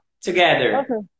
together